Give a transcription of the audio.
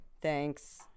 Thanks